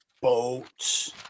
boats